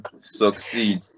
succeed